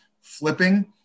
flipping